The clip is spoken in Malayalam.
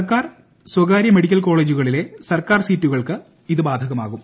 സർക്കാർ സ്വകാര്യ മെഡിക്കൽ കോളേജുകളിലെ സർക്കാർ സീറ്റുകൾക്ക് ഇത് ബാധകമാകും